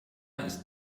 ist